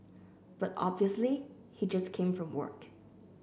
but obviously he just came from work